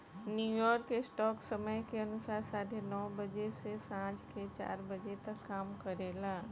New York stock समय के अनुसार साढ़े नौ बजे से सांझ के चार बजे तक काम करेला